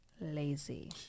lazy